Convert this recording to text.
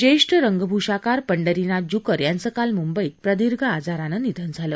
ज्येष्ठ रंगभूषाकार पंढरीनाथ जुकर यांचं काल मुंबईत प्रदीर्घ आजारानं निधन झालं